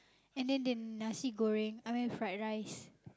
and then the nasi-goreng I mean fried rice